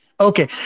Okay